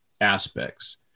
aspects